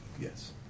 Yes